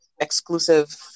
exclusive